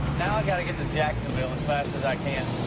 now i gotta get to jacksonville as fast as i can